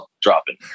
dropping